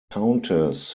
countess